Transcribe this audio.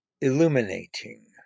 illuminating